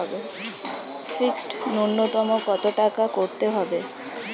Fixed নুন্যতম কত টাকা করতে হবে?